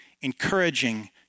encouraging